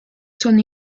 son